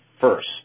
first